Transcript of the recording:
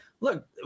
look